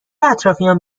اطرافیام